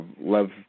love